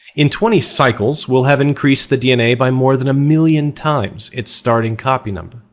in twenty cycles, we'll have increased the dna by more than a million times its starting copy number,